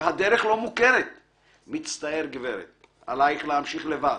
והדרך לא מוכרת?/ 'מצטער גברת עלייך להמשיך לבד,